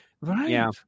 Right